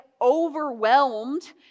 overwhelmed